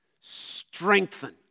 Strengthen